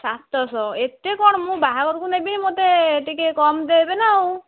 ସାତଶହ ଏତେ କଣ ମୁଁ ବାହାଘରକୁ ନେବି ମୋତେ ଟିକେ କମ୍ ଦେବେ ନା ଉ